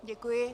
Děkuji.